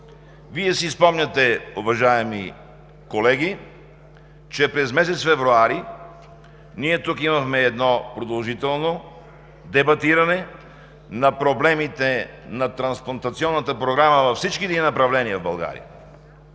Вие си спомняте, уважаеми колеги, че през месец февруари ние тук имахме едно продължително дебатиране на проблемите на трансплантационната програма във всичките ѝ направления в България.